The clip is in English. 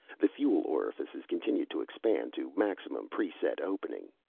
the fuel orifices continued to expand to maximum pre-set opening.